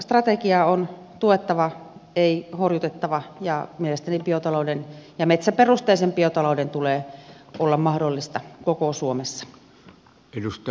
biotalousstrategiaa on tuettava ei horjutettava ja mielestäni biotalouden ja metsäperusteisen biotalouden tulee olla mahdollista koko suomessa